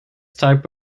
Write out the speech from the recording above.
type